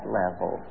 level